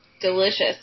Delicious